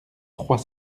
trois